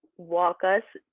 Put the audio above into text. walk us